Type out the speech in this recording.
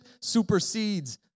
supersedes